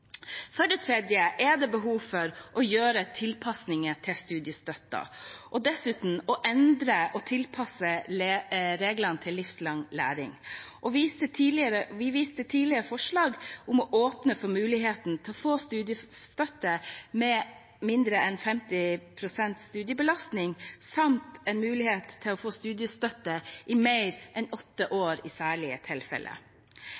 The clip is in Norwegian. For det tredje er det behov for å gjøre tilpasninger til studiestøtten, og dessuten for å endre og tilpasse reglene til livslang læring. Vi viser til tidligere forslag om å åpne for muligheten til å få studiestøtte ved mindre enn 50 pst. studiebelastning samt en mulighet til å få studiestøtte i mer enn åtte